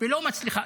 ולא מצליחה.